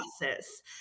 process